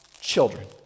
children